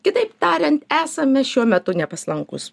kitaip tariant esame šiuo metu nepaslankūs